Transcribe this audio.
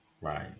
Right